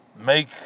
make